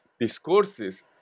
discourses